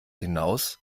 hinaus